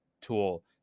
tool